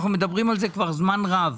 אנחנו מדברים על זה כבר זמן רב.